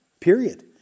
Period